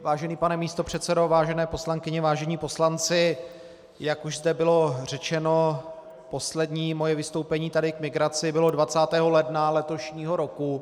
Vážený pane místopředsedo, vážené poslankyně, vážení poslanci, jak už zde bylo řečeno, poslední moje vystoupení tady k migraci bylo 20. ledna letošního roku.